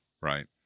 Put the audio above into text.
Right